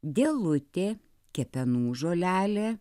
dėlutė kepenų žolelė